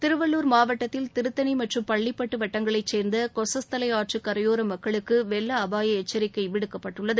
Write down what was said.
திருவள்ளுர் மாவட்டத்தில் திருத்தணி மற்றும் பள்ளிப்பட்டு வட்டங்களை சேர்ந்த கொசஸ்தலை ஆற்று கரையோர மக்களுக்கு வெள்ள அபாய எச்சரிக்கை விடுக்கப்பட்டுள்ளது